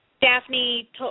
Daphne